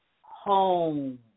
home